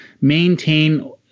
maintain